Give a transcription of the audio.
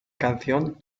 canción